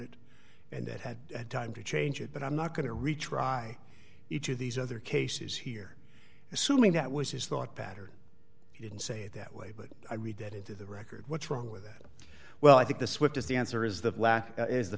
it and it had time to change it but i'm not going to retry each of these other cases here assuming that was his thought pattern he didn't say it that way but i read that into the record what's wrong with that well i think the swift is the answer is the lack is the